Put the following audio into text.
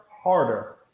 harder